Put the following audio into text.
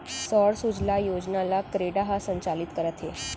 सौर सूजला योजना ल क्रेडा ह संचालित करत हे